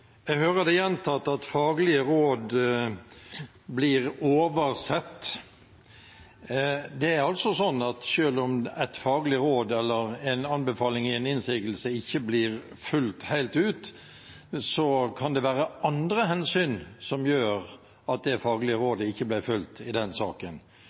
er altså sånn at selv om et faglig råd eller en anbefaling i en innsigelse ikke blir fulgt helt ut, kan det være andre hensyn som gjør at det faglige rådet ikke ble fulgt i den saken.